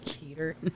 Peter